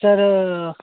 ତା'ର